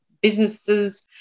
businesses